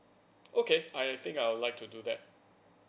okay I think I'll like to do that